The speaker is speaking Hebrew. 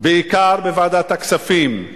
בעיקר בוועדת הכספים,